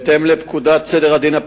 בהתאם לפקודת סדר הדין הפלילי,